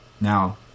now